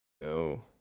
No